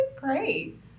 great